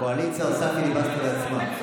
הקואליציה עושה פיליבסטר לעצמה.